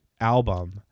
album